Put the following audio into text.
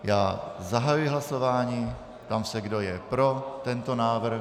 Já zahajuji hlasování a ptám se, kdo je pro tento návrh.